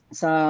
sa